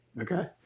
Okay